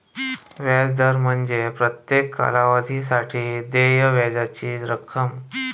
व्याज दर म्हणजे प्रत्येक कालावधीसाठी देय व्याजाची रक्कम